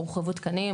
הורחבו תקנים,